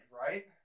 right